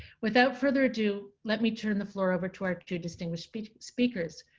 without further ado, let me turn the floor over to our two distinguished speakers.